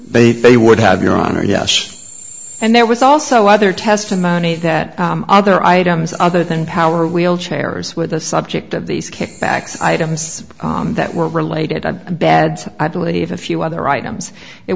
they would have your honor yes and there was also other testimony that other items other than power wheelchairs with the subject of these kickbacks items that were related to beds i believe a few other items it